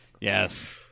Yes